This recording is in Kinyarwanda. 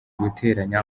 guteranya